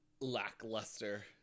lackluster